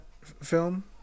film